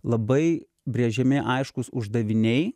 labai brėžiami aiškūs uždaviniai